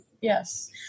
yes